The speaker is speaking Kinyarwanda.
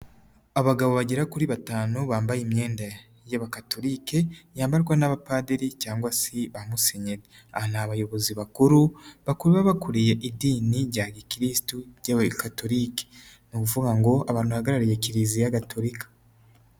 Abagabo bagera kuri batanu bambaye imyenda y'Abakatolika yambarwa n'abapadiri cyangwa se ba Musenyeri, aba ni abayobozi bakuru bakuriye idini rya gikirisitu ry'abakatolike, ni ukuvuga ngo abantu bahagarariye Kiliziya Gatolika.